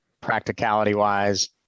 Practicality-wise